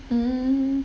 mm